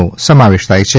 નો સમાવેશ થાય છે